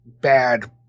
bad